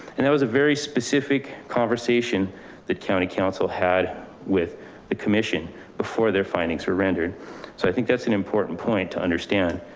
and that was a very specific conversation in the county council had with the commission before their findings were rendered. so i think that's an important point to understand.